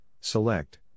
select